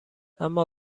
اما